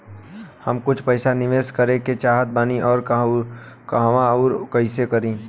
हम कुछ पइसा निवेश करे के चाहत बानी और कहाँअउर कइसे करी?